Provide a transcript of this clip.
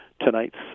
tonight's